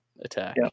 attack